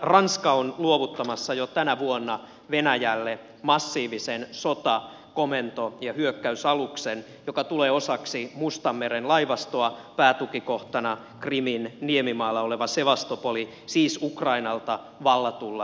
ranska on luovuttamassa jo tänä vuonna venäjälle massiivisen sota komento ja hyökkäysaluksen joka tulee osaksi mustanmeren laivastoa päätukikohtana krimin niemimaalla oleva sevastopol siis ukrainalta vallatulla alueella